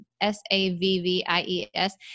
S-A-V-V-I-E-S